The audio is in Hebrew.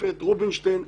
והשופט רובינשטיין.